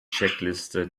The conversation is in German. checkliste